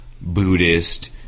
Buddhist